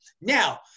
Now